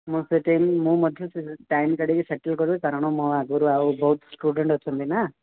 ମୁଁ ସେଠି ମୁଁ ମଧ୍ୟ ସେ ଟାଇମ୍ଟା ଟିକେ ସେଟେଲ୍ କରିବି କାରଣ ମୋ ଆଗରୁ ଆହୁରି ବହୁତ ଷ୍ଟୁଡ଼େଣ୍ଟ୍ ଅଛନ୍ତି ନା